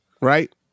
Right